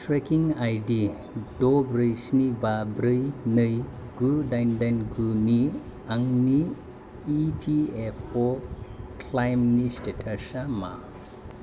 trekking ID द' ब्रै स्नि बा ब्रै नै गु दाइन दाइन गुनि आंनि इ पि एफ अ क्लेइमनि स्टेटासा मा